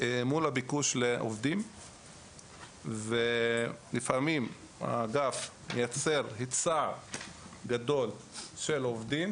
מול הביקוש לעובדים ולפעמים האגף מייצר היצע גדול של עובדים,